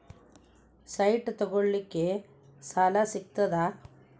Site ತಗೋಳಿಕ್ಕೆ ಸಾಲಾ ಸಿಗ್ತದಾ?